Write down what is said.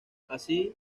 así